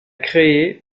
créée